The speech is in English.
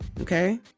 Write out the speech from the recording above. okay